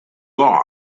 law